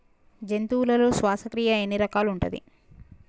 జంతువులలో శ్వాసక్రియ ఎన్ని రకాలు ఉంటది?